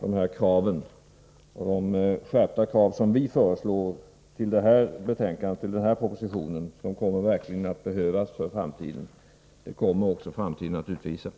De skärpta krav som vi föreslår i anslutning till denna proposition kommer verkligen att behövas för framtiden, vilket också framtiden kommer att utvisa.